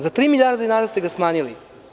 Za tri milijarde dinara ste ga smanjili.